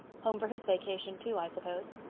home for his vacation too, i suppose.